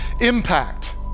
impact